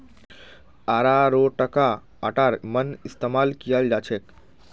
अरारोटका आटार मन इस्तमाल कियाल जाछेक